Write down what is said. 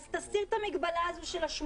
אז תסיר את המגבלה הזו של ה-18,000,